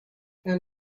and